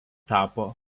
tapo